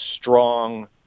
strong